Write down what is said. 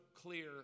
clear